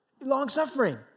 Long-suffering